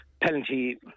penalty